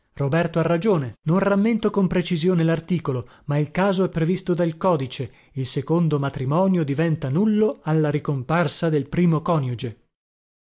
roberto ha ragione non rammento con precisione larticolo ma il caso è previsto dal codice il secondo matrimonio diventa nullo alla ricomparsa del primo coniuge